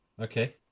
Okay